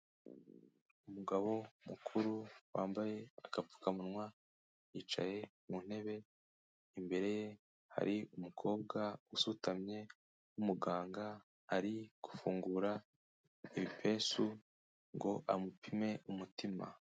Umugabo mukuru wambaye agapfukamunwa, yicaye mu ntebe, imbere ye hari umukobwa usutamye w'umuganga ari gufungura ibipesu ngo amupime umutima.